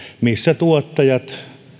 missä tuottajat